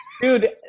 Dude